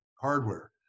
hardware